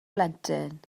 blentyn